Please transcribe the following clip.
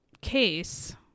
case